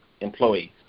employees